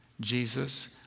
Jesus